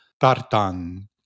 Tartan